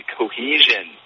cohesion